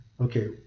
Okay